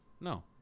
No